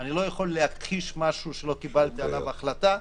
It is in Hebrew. אני לא יכול להכחיש משהו שלא קיבלתי עליו החלטה.